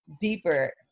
deeper